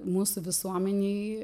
mūsų visuomenėj